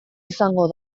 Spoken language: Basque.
izango